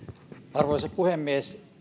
arvoisa puhemies